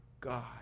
God